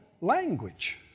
language